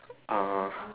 uh